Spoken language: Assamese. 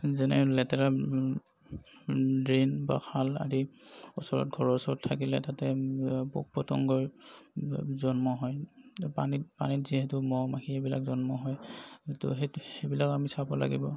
যেনে লেতেৰা ড্ৰেইন বা খাল আদিৰ ওচৰত ঘৰৰ ওচৰত থাকিলে তাতে পোক পতংগ জন্ম হয় পানীত পানীত যিহেতু মহ মাখি এইবিলাক জন্ম হয় ত' সেই সেইবিলাক আমি চাব লাগিব